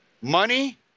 money